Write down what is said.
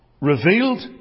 revealed